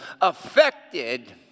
affected